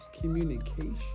communication